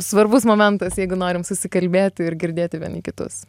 svarbus momentas jeigu norim susikalbėti ir girdėti vieni kitus